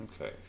Okay